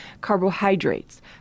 carbohydrates